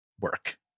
work